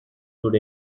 good